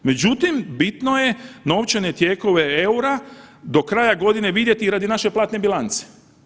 Međutim, bitno je novčane tijekove EUR-a do kraja godine vidjeti i radi naše platne bilance.